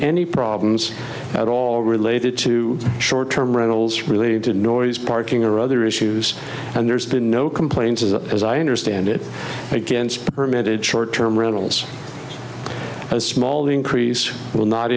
any problems at all related to short term rentals related to noise parking or other issues and there's been no complaints is that as i understand it against permitted short term rentals a small increase will not